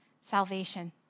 salvation